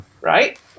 Right